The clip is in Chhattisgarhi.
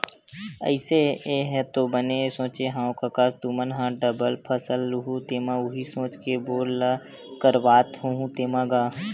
अइसे ऐ तो बने सोचे हँव कका तुमन ह डबल फसल लुहूँ तेमा उही सोच के बोर ल करवात होहू तेंमा गा?